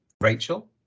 rachel